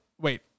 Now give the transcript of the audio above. Wait